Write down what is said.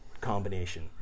combination